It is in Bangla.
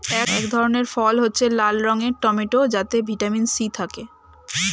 এক ধরনের ফল হচ্ছে লাল রঙের টমেটো যাতে ভিটামিন সি থাকে